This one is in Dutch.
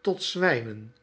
tot zwynen